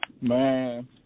Man